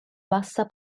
bassa